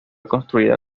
construida